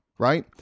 Right